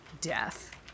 death